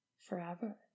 forever